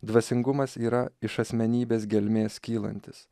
dvasingumas yra iš asmenybės gelmės kylantis